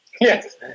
Yes